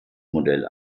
modell